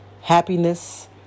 happiness